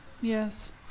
Yes